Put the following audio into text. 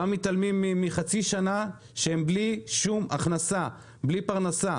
למה מתעלמים מחצי שנה בה הם היו בלי הכנסה ופרנסה?